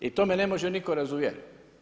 I to me ne može nitko razuvjeriti.